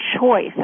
choice